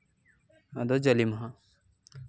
ᱟᱫᱚ ᱡᱟᱞᱮ ᱢᱟᱦᱟ